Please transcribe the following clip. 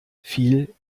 viel